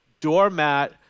doormat